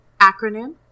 Acronym